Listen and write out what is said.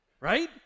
right